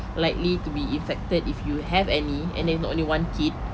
likely to be infected if you have any and then with only one kid